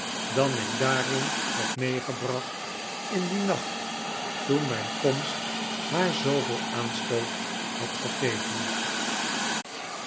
dan ik daarin had meegebracht in dien nacht toeri mijn komst haar zooveel aanstoot had gegeven